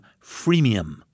freemium